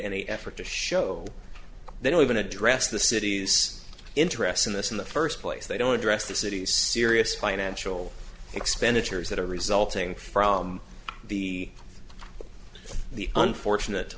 any effort to show they don't even address the city's interest in this in the first place they don't address the city's serious financial expenditures that are resulting from the the unfortunate